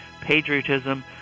patriotism